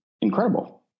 incredible